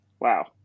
Wow